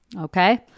Okay